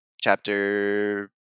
Chapter